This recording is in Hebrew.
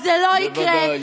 אז זה לא יקרה, בוודאי.